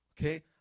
Okay